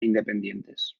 independientes